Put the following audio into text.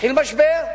והתחיל משבר.